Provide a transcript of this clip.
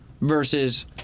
versus